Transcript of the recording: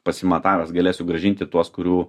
pasimatavęs galėsiu grąžinti tuos kurių